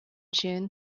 june